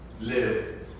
live